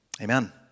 Amen